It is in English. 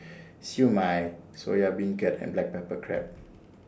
Siew Mai Soya Beancurd and Black Pepper Crab